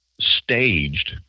staged